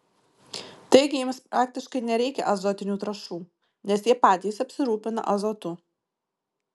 taigi jiems praktiškai nereikia azotinių trąšų nes jie patys apsirūpina azotu